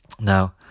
now